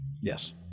Yes